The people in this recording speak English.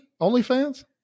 OnlyFans